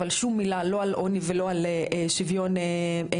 אבל שום מילה לא על עוני ולא על שוויון מגדרי,